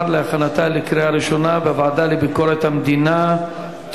להכנתה לקריאה ראשונה בוועדה לביקורת המדינה,